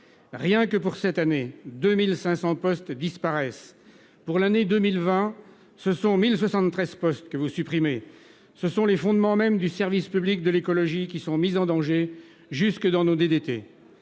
Rien que pour cette année, 2 500 postes disparaissent. Pour l'année 2020, ce sont 1 073 postes que vous supprimez ! Ce sont les fondements mêmes du service public de l'écologie qui sont mis en danger, jusque dans nos